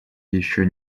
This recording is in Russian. еще